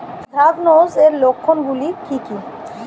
Anthracnose এর লক্ষণ গুলো কি কি?